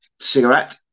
cigarette